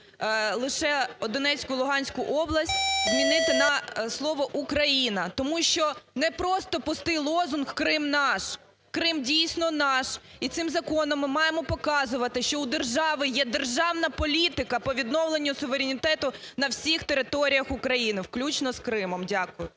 лише Донецьку і Луганську область змінити на слово "Україна", тому що не просто пустий лозунг "Крим – наш!". Крим дійсно наш. І цим законом ми маємо показувати, що у держави є державна політика по відновленню суверенітету на всіх територіях України включно з Кримом. Дякую.